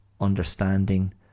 understanding